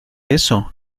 eso